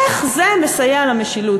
איך זה מסייע למשילות?